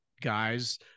guys